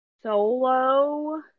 Solo